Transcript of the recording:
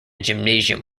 gymnasium